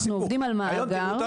אנחנו עובדים על מאגר.